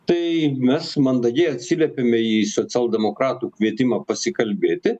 tai mes mandagiai atsiliepėme į socialdemokratų kvietimą pasikalbėti